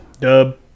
Dub